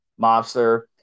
mobster